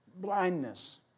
blindness